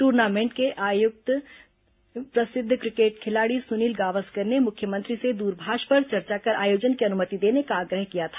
tournament के आयुक्त प्रसिद्ध क्रिकेट खिलाड़ी सुनील गावस्कर ने मुख्यमंत्री से द्रभाष पर चर्चा कर आयोजन की अनुमति देने का आग्रह किया था